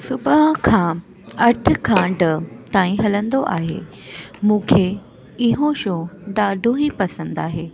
सुबुह खां अठ खां ॾह ताईं हलंदो आहे मूंखे इहो शो ॾाढो ई पसंदि आहे